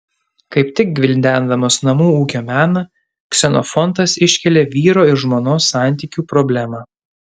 kaip tik gvildendamas namų ūkio meną ksenofontas iškelia vyro ir žmonos santykių problemą